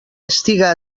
estiga